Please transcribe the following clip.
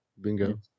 Bingo